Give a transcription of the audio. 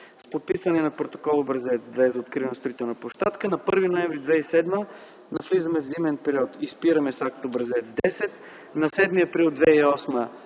с подписване на протокол Образец 2 за откриване на строителна площадка. На 1 ноември 2007 г. навлизаме в зимен период и спираме с акт Образец 10. На 7 април 2008